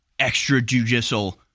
extrajudicial